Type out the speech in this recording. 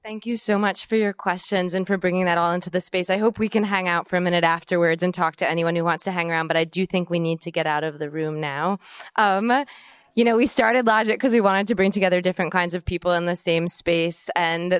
thank you so much for your questions and for bringing that all into the space i hope we can hang out for a minute afterwards and talk to anyone who wants to hang around but i do you think we need to get out of the room now you know we started logic because we wanted to bring together different kinds of people in the same space and